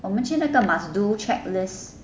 我们去那个 must-do checklist